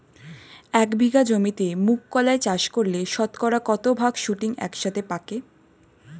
এক বিঘা জমিতে মুঘ কলাই চাষ করলে শতকরা কত ভাগ শুটিং একসাথে পাকে?